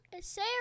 say